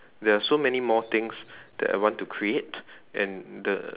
there are so many more things that I want to create and the